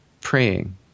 praying